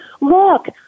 look